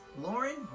Lauren